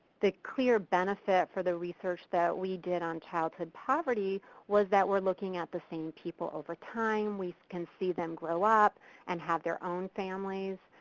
the clear benefit for the research that we did on childhood poverty was that were looking at the same people over time we can see them grow up and have their own families.